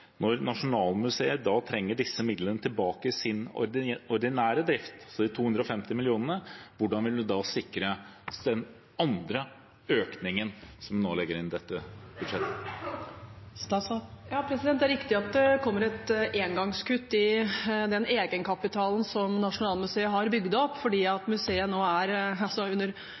når Nasjonalmuseet da trenger disse midlene tilbake i sin ordinære drift, altså de 250 mill. kr? Hvordan vil man da sikre den andre økningen, som nå legges inn i dette budsjettet? Det er riktig at det kommer et engangskutt i den egenkapitalen som Nasjonalmuseet har bygd opp, fordi museet nå er under